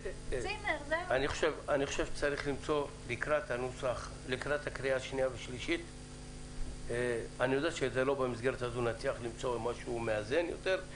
אני חושב שצריך למצוא לקראת הקריאה השנייה והשלישית משהו מאוזן יותר.